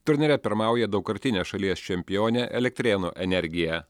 turnyre pirmauja daugkartinė šalies čempionė elektrėnų energija